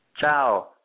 Ciao